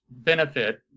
benefit